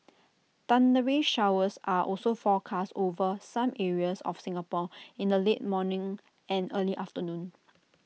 thundery showers are also forecast over some areas of Singapore in the late morning and early afternoon